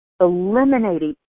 eliminating